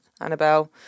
Annabelle